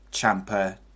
Champa